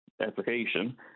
application